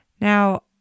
Now